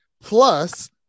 Plus